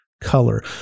Color